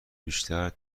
بیشتر